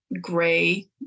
gray